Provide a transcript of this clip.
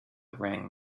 ring